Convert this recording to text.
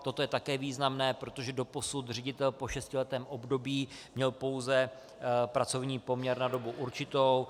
Toto je také významné, protože doposud ředitel po šestiletém období měl pouze pracovní poměr na dobu určitou.